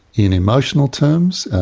in emotional terms,